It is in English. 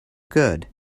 good